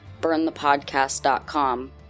burnthepodcast.com